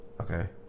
Okay